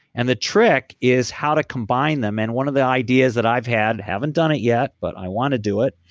and the trick is how to combine them and one of the ideas that i've had, haven't done it yet but i want to do it,